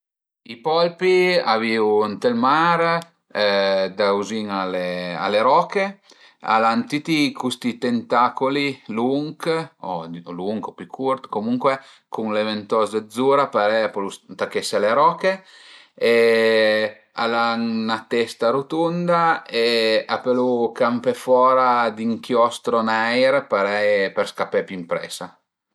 I polpi a viu ënt ël mar vizin a le roche, al an tüti custi tentacoli lunch, lunch o pi curt, comuncue cun le ventoze zura parei a pölu tachese a le roche e al an 'na testa rutunda e a pölu campé fora d'inchiostro neir parei për scapé pi ëmpresa